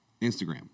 Instagram